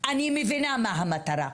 אני מבינה מה המטרה.